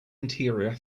interior